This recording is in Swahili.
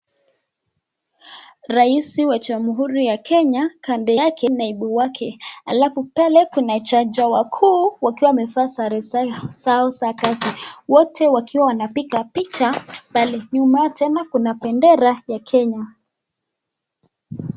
Rais wa jamhuri ya Kenya, kando yake naibu wake alafu pale kuna jaji wakuu wakiwa wamevaa sare zao za kazi, wote wakiwa wanapiga picha pale. Nyuma yao tena kuna bendera ya Kenya.